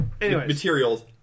Materials